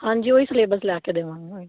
ਹਾਂਜੀ ਉਹੀ ਸਿਲੇਬਸ ਲੈ ਕੇ ਦੇਵਾਂਗਾ